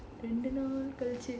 ரெண்டு நாள் கழிச்சி:rendu naal kalichi